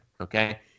Okay